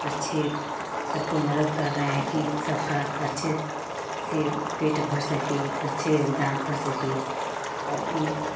अच्छे सबको मदद कर रहे हैं कि सबका अच्छे से पेट भर सके अच्छे योगदान कर सके और उनको